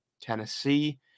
Tennessee